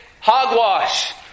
Hogwash